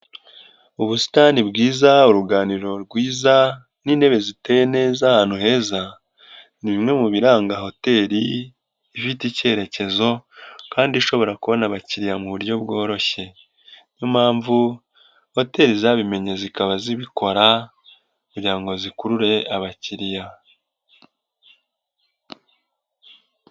Ubusitani bwiza, uruganiriro rwiza n'intebe ziteye neza ahantu heza. Ni bimwe mu biranga hoteli ifite ikerekezo kandi ishobora kubona abakiriya mu buryo bworoshye. Niyo mpamvu hoteli zabimenye zikaba zibikora kugira ngo zikurure abakiriya.